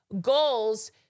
goals